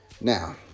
Now